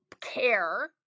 care